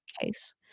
case